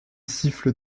siffle